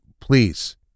Please